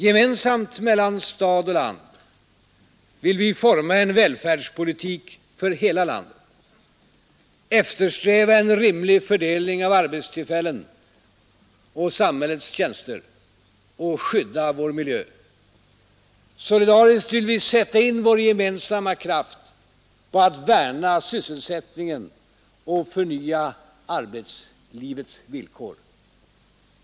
Gemensamt mellan stad och land vill vi forma en välfärdspolitik för hela landet, eftersträva en rimlig fördelning av arbetstillfällen och samhällets tjänster och skydda vår miljö. Solidariskt vill vi sätta in vår gemensamma kraft på att värna sysselsättningen och förnya arbetslivets villkor.